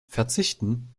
verzichten